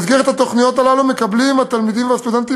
במסגרת התוכניות האלה התלמידים והסטודנטים